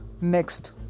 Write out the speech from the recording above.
next